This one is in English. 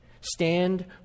Stand